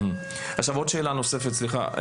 עוד שאלה נוספת, סליחה.